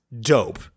dope